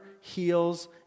heals